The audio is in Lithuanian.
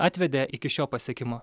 atvedė iki šio pasiekimo